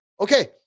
Okay